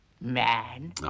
man